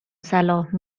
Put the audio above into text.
صلاح